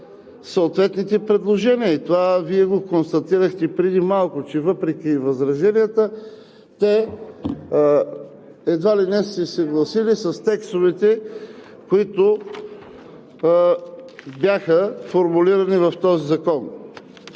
съответните предложения и това Вие го констатирахте преди малко, че въпреки възраженията те едва ли не са се съгласили с текстовете, които бяха формулирани в този закон.